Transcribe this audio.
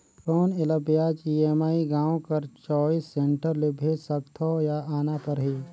कौन एला ब्याज ई.एम.आई गांव कर चॉइस सेंटर ले भेज सकथव या आना परही?